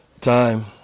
time